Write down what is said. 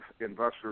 investors